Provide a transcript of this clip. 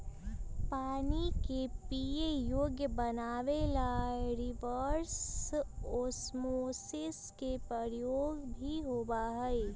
पानी के पीये योग्य बनावे ला रिवर्स ओस्मोसिस के उपयोग भी होबा हई